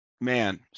man